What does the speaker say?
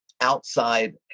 outside